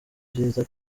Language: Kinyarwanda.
byiza